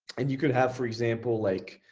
and you could have for example, like